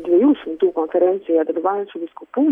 dviejų šimtų konferencijoje dalyvaujančių vyskupų